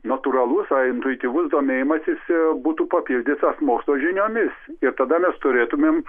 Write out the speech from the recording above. natūralus ar intuityvus domėjimasis būtų papildytas mokslo žiniomis ir tada mes turėtumėm